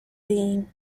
being